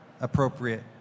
appropriate